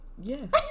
yes